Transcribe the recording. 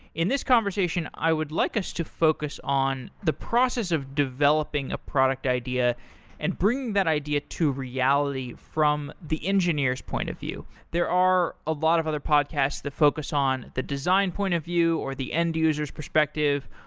in this conversation, i would like us to focus on the process of developing a product idea and bringing that idea to a reality from the engineers' point of view. there are a lot of other podcasts that focus on the design point of view, or the end user s perspective,